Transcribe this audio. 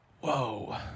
Whoa